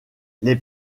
les